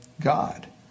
God